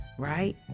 right